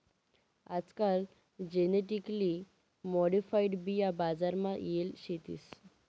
आजकाल genetically modified बिया बजार मा येल शेतीस